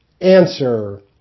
Answer